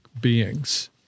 beings